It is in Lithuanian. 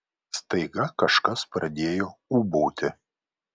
staiga kažkas pradėjo ūbauti